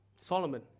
Solomon